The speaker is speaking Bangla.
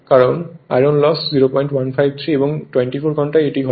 কারণ আয়রন লস 0153 এবং 24 ঘণ্টায় এটি ঘটে